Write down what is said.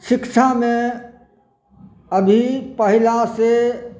शिक्षामे अभी पहिलासे